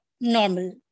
normal